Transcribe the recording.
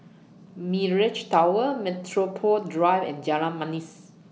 Mirage Tower Metropole Drive and Jalan Manis